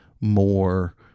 more